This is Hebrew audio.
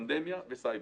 פנדמיה וסייבר.